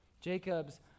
Jacob's